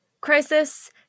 crisis